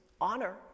Honor